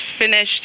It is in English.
finished